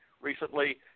recently